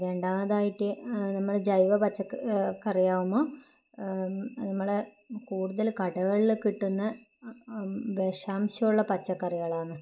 രണ്ടമതായിട്ട് നമ്മൾ ജൈവ പച്ചക്കറി ആകുമ്പോൾ അത് നമ്മളെ കൂടുതൽ കടകളിൽ കിട്ടുന്ന വിഷാംശമുള്ള പക്കറിക്കളാണ്